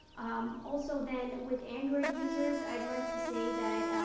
um, also then, with android users, i'd like to say that,